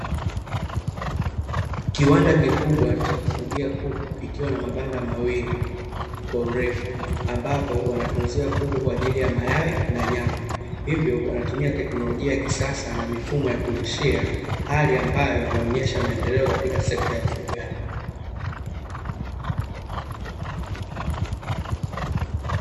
Kiwanda kikubwa cha kufugia kuku kikiwa na mabanda mawili kwa urefu, ambapo wanatunzia kuku kwa ajili ya mayai na nyama, hivyo wanatumia teknolojia ya kisasa na mifumo ya kulishia hali ambayo inaonyesha maendeleo katika sekta ya ufugaji.